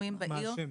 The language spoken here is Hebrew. השיקומיים בעיר.